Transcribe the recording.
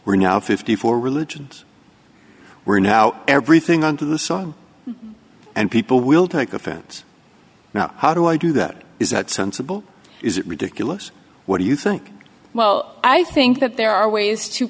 we're now fifty four religions we're now everything under the sun and people will take offense now how do i do that is that sensible is it ridiculous what do you think well i think that there are ways to